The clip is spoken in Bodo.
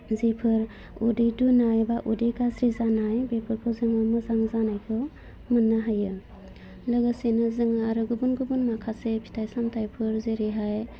जेफोर उदै दुनाय बा उदै गाज्रि जानाय बेफोरखौ जोङो मोजां जानायखौ मोन्नो हायो लोगोसेनो जोङो आरो गुबुन गुबुन माखासे फिथाइ सामथाइफोर जेरैहाय